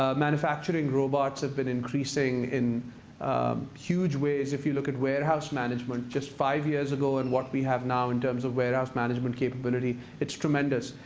ah manufacturing robots have been increasing in huge ways. if you look at warehouse management just five years ago and what we have now in terms of warehouse management capability, it's tremendous.